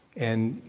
and,